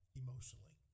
emotionally